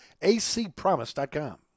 acpromise.com